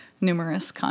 numerous